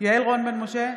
יעל רון בן משה,